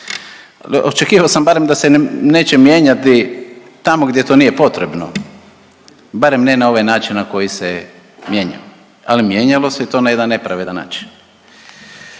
očekivao sam barem da se neće mijenjati tamo gdje to nije potrebno barem ne na ovaj način na koji se mijenjao, ali mijenjalo se i to na jedan nepravedan način.